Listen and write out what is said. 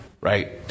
Right